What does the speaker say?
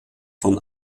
von